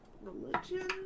Religion